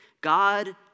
God